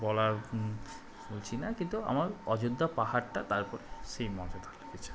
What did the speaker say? বলার বলছি না কিন্তু আমার অযোধ্যা পাহাড়টা তারপরে সেই মজা থাকলে খেছে